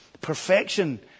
perfection